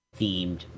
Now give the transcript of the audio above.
themed